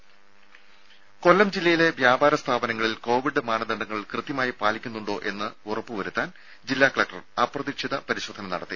ദേദ കൊല്ലം ജില്ലയിലെ വ്യാപാര സ്ഥാപനങ്ങളിൽ കോവിഡ് മാനദണ്ഡങ്ങൾ കൃത്യമായി പാലിക്കുന്നുണ്ടോ എന്ന് ഉറപ്പ് വരുത്താൻ ജില്ലാ കലക്ടർ അപ്രതീക്ഷിത പരിശോധന നടത്തി